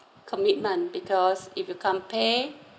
commitment because if you compare